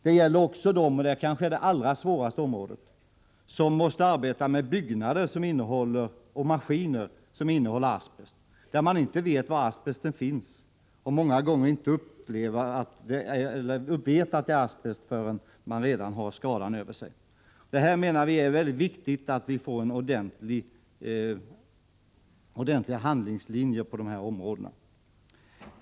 Det gäller även dem — och det är kanske det allra svåraste problemet — som måste arbeta med byggnader och maskiner som innehåller asbest, när man inte vet var asbesten finns. Många gånger vet man inte att det är fråga om asbest förän man redan har drabbats av skadan. Vi menar att det är mycket viktigt att vi får en ordentlig handlingslinje när det gäller dessa områden.